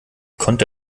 konnte